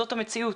זאת המציאות.